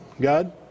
God